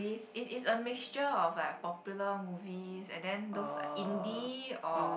it is a mixture of like a popular movie and then those like Indie or